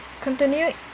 Continue